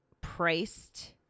priced